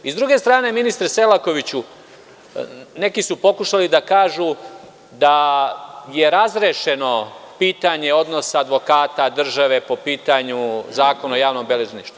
Sa druge strane ministre Selakoviću neki su pokušali da kažu da je razrešeno pitanje odnosa advokata-države po pitanju Zakona o javnom beležništvu.